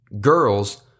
girls